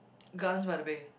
Gardens-by-the-Bay